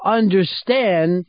understand